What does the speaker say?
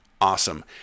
awesome